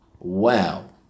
Wow